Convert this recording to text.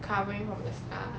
recovering from the scar